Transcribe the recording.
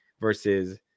versus